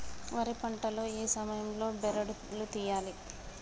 వరి పంట లో ఏ సమయం లో బెరడు లు తియ్యాలి?